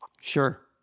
Sure